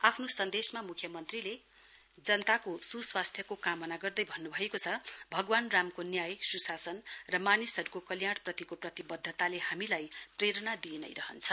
आफ्नो सन्देसमा म्ख्यमन्त्रीले जनताको सुस्वास्थ्यको कामना गर्दै भन्न् भएको छ भगवान रामको न्याय सुशासन र मानिसहरूको कल्याणप्रतिको प्रतिबद्धताले हामीलाई प्रेरणा दिइनै रहन्छ